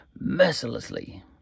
mercilessly